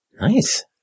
Nice